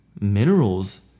minerals